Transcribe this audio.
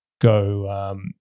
go